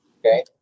Okay